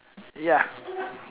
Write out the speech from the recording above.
ya